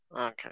Okay